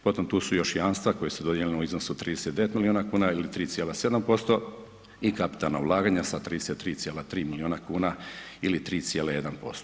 Potom tu su još i jamstva koja su dodijeljena u iznosu od 39 milijuna kuna ili 3,7% i kapitalna ulaganja sa 33,3 milijuna ili 3,1%